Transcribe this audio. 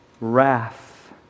wrath